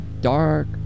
dark